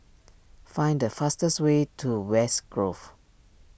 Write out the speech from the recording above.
find the fastest way to West Grove